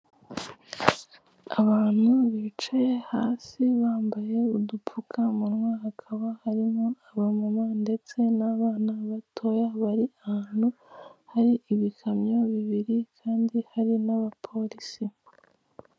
Abantu bicaye hasi bambaye udupfukamuwa hakaba harimo abamama ndetse n'abana batoya bari ahantu hari ibikamyo bibiri kandi hari n'abapolisi.